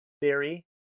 theory